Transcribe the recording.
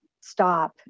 stop